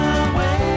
away